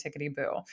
tickety-boo